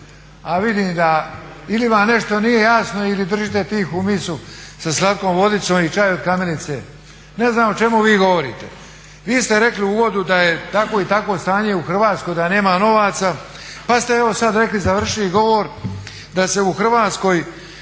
a vidim da ili vam nešto nije jasno ili držite tihu misu sa slatkom vodicom i čaj od kamilice. Ne znam o čemu vi govorite. Vi ste rekli u uvodu da je takvo i takvo stanje u Hrvatskoj da nema novaca, pa ste evo sad rekli, završili govor da se u Hrvatskoj